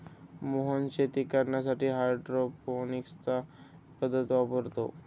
मोहन शेती करण्यासाठी हायड्रोपोनिक्स पद्धत वापरतो